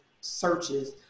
searches